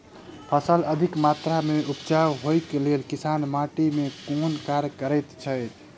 फसल अधिक मात्रा मे उपजाउ होइक लेल किसान माटि मे केँ कुन कार्य करैत छैथ?